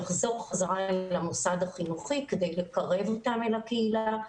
יחזור בחזרה למוסד החינוכי כדי לקרב אותם אל הקהילה,